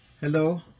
Hello